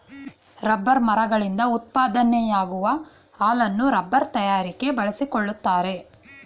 rubber ಮರಗಳಿಂದ ಉತ್ಪಾದನೆಯಾಗುವ ಹಾಲನ್ನು ರಬ್ಬರ್ ತಯಾರಿಕೆ ಬಳಸಿಕೊಳ್ಳುತ್ತಾರೆ